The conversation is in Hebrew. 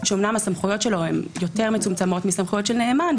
שאמנם הסמכויות שלו הן מצומצמות יותר מסמכויות של נאמן,